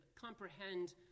comprehend